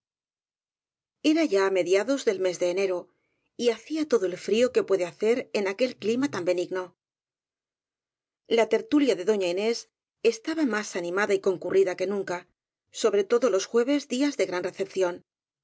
era ya á mediados del mes de enero y hacía todo el frío que puede hacer en aquel clima tan benigno la tertulia de doña inés estaba más animada y concurrida que nunca sobre todo los jueves días de gran recepción